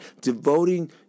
devoting